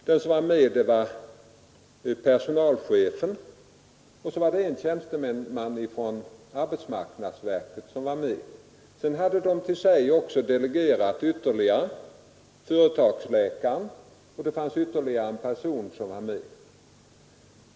Med var även personalchefen och en tjänsteman från arbetsmarknadsverket. Till sig hade de också knutit företagsläkaren plus ytterligare någon mera.